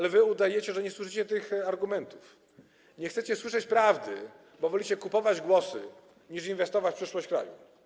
Wy jednak udajecie, że nie słyszycie tych argumentów, nie chcecie słyszeć prawdy, bo wolicie kupować głosy, niż inwestować w przyszłość kraju.